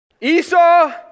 Esau